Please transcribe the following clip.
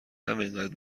همینقد